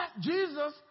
Jesus